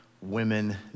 women